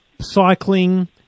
cycling